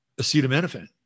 acetaminophen